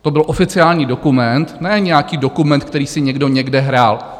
To byl oficiální dokument, ne nějaký dokument, který si někdo někde hrál.